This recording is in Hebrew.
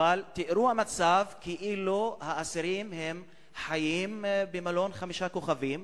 תיארו מצב כאילו האסירים חיים במלון חמישה כוכבים,